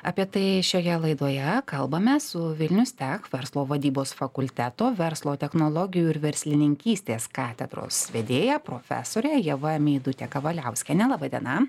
apie tai šioje laidoje kalbame su vilnius tech verslo vadybos fakulteto verslo technologijų ir verslininkystės katedros vedėja profesore ieva meidute kavaliauskiene laba diena